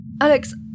alex